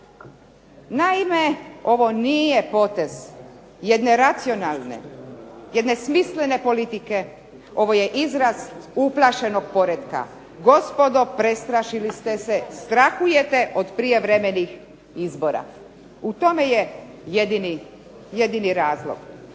Naime, ovo nije potez jedne racionalne, jedne smislene politike, ovo je izraz uplašenog poretka, gospodo prestrašili ste se, strahujete od prijevremenih izbora. U tome je jedini razlog.